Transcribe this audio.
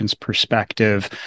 Perspective